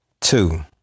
Two